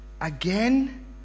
again